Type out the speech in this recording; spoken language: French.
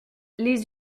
les